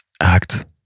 Act